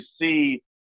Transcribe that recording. see